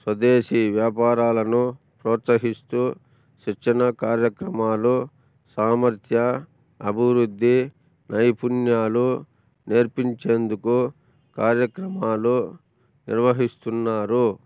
స్వదేశీ వ్యాపారాలను ప్రోత్సహిస్తూ శిక్షణ కార్యక్రమాలు సామర్థ్య అభివృద్ధి నైపుణ్యాలు నేర్పించేందుకు కార్యక్రమాలు నిర్వహిస్తున్నారు